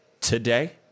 today